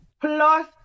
plus